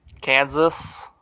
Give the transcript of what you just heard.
Kansas